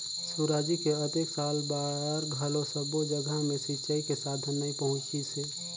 सुराजी के अतेक साल बार घलो सब्बो जघा मे सिंचई के साधन नइ पहुंचिसे